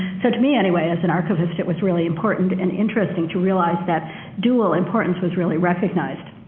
so to me anyway, as an archivist, it was really important and interesting to realize that dual importance was really recognized,